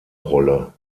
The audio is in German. rolle